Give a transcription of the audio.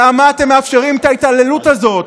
למה אתם מאפשרים את ההתעללות הזאת?